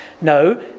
No